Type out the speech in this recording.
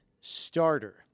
starter